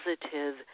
positive